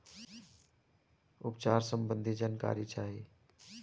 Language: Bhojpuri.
उपचार सबंधी जानकारी चाही?